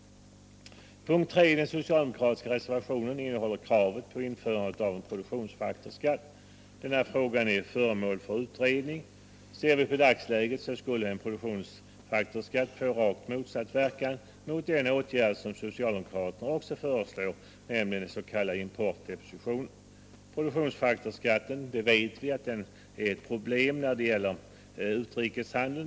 Punkt 3 i den socialdemokratiska reservationen innehåller krav på införande av en produktionsfaktorsskatt. Den frågan är föremål för utredning. Ser vi till dagsläget skulle en produktionsfaktorsskatt få rakt motsatt verkan mot den åtgärd som socialdemokraterna också föreslår, nämligen en s.k. importdeposition. Vi vet att en produktionsfaktorsskatt innebär ett problem för vår utrikeshandel.